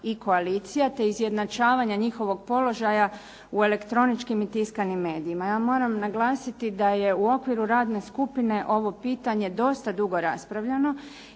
i koalicija te izjednačavanja njihovog položaja u elektroničkim i tiskanim medijima. Ja moram naglasiti da je u okviru Radne skupine ovo pitanje dosta dugo raspravljano